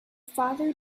father